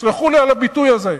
תסלחו לי על הביטוי הזה.